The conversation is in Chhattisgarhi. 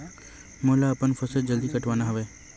मोला अपन फसल ला जल्दी कटवाना हे?